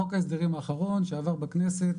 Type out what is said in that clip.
חוק ההסדרים האחרון שעבר בכנסת.